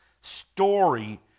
story